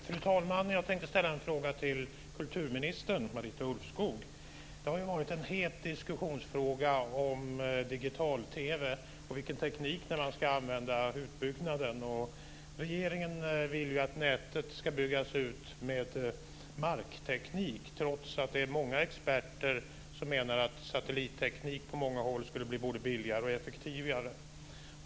Fru talman! Jag tänkte ställa en fråga till kulturminister Marita Ulvskog. Digital-TV och vilken teknik som ska användas i utbyggnaden av den har varit en het fråga. Regeringen vill att nätet ska byggas ut med markteknik, trots att många experter menar att satellitteknik på många håll skulle bli både billigare och effektivare.